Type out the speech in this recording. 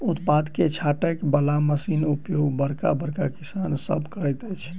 उत्पाद के छाँटय बला मशीनक उपयोग बड़का बड़का किसान सभ करैत छथि